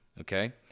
okay